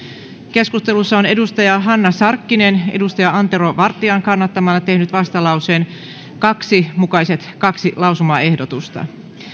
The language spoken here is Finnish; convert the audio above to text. keskustelussa on hanna sarkkinen antero vartian kannattamana tehnyt vastalauseen kaksi mukaiset kaksi lausumaehdotusta